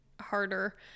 harder